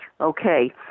Okay